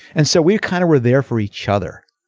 and so we kind of were there for each other.